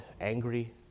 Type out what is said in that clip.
angry